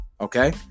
okay